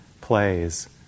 plays